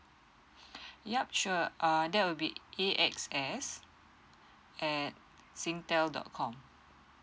yup sure err that would be A_X_S at singtel dot com